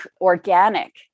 organic